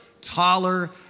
Taller